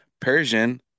Persian